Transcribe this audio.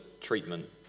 treatment